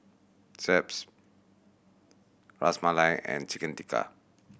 Ras Malai and Chicken Tikka